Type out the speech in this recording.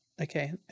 Okay